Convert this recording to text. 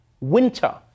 winter